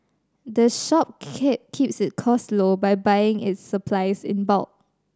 the shop key keeps its costs low by buying its supplies in bulk